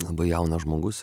labai jaunas žmogus